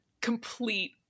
complete